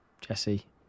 Jesse